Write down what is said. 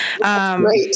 right